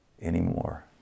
anymore